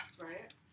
right